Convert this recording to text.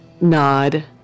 nod